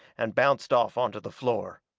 and bounced off onto the floor.